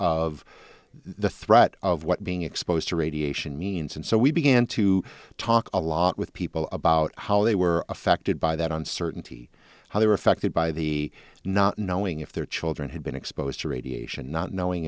of the threat of what being exposed to radiation means and so we began to talk a lot with people about how they were affected by that on certainty how they were affected by the not knowing if their children had been exposed to radiation not knowing